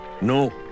No